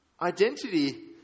Identity